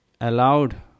allowed